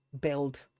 build